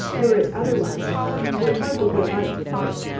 were it otherwise, he would hardly be allowed to keep it.